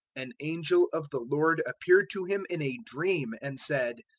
an angel of the lord appeared to him in a dream and said,